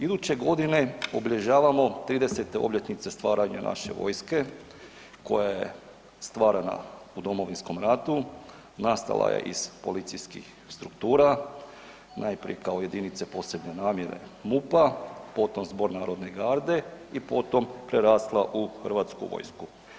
Iduće godine obilježavamo 30. obljetnice stvaranja naše vojske koja je stvarana u Domovinskom ratu, nastala je iz policijskih struktura, najprije kao jedinice posebne namjene MUP-a, potom Zbor narodne garde i potom prerasla u Hrvatsku vojsku.